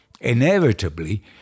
inevitably